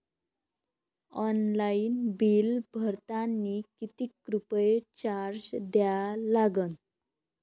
Online bill भरतानी कितीक रुपये चार्ज द्या लागन?